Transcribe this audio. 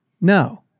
no